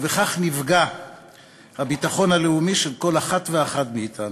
ובכך נפגע הביטחון הלאומי של כל אחת ואחד מאתנו,